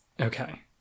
Okay